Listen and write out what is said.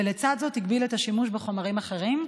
ולצד זאת הגביל את השימוש בחומרים אחרים.